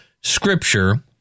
Scripture